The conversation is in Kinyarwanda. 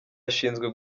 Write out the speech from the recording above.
yashinzwe